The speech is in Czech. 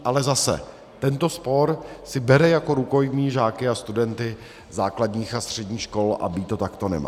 Ale zase, tento spor si bere jako rukojmí žáky a studenty základních a středních škol a být to takto nemá.